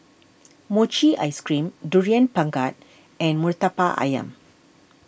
Mochi Ice Cream Durian Pengat and Murtabak Ayam